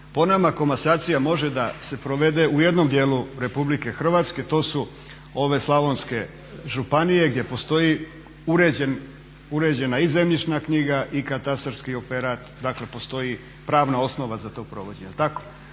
Po nama komasacija može se provesti u jednom dijelu RH, to su ove slavonske županije gdje postoji uređena i zemljišna knjiga i katastarski …, dakle postoji pravna osnova za to provođenje,